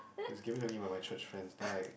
it was given to me by my church friends then like